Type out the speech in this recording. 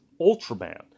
Ultraman